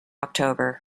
october